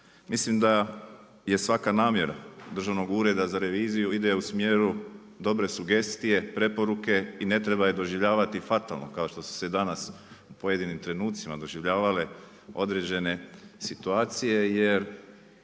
Mislim da je svaka namjera Državnog ureda za reviziju ide u smjeru dobre sugestije, preporuke i ne treba ju doživljavati fatalno, kao što su se danas u pojedinim trenucima doživljavale određene situacije, jer